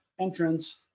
entrance